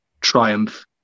triumph